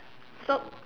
so